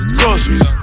groceries